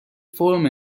فرم